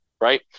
right